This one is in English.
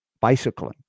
bicycling